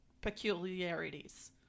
peculiarities